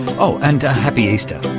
oh and happy easter.